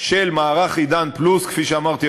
של מערך "עידן פלוס" כפי שאמרתי,